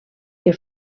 que